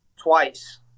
twice